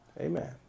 Amen